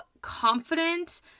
confident